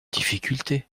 difficulté